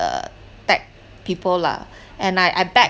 tech people lah and I I beg